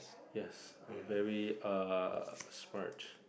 yes I'm very err smart